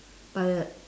but the